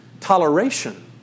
toleration